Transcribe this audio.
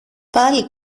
πάλι